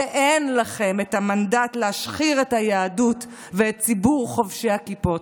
ואין לכם את המנדט להשחיר את היהדות ואת ציבור חובשי הכיפות.